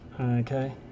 Okay